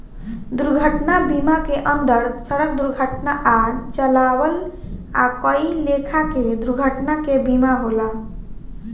दुर्घटना बीमा के अंदर सड़क दुर्घटना आ जलावल आ कई लेखा के दुर्घटना के बीमा होला